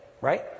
Right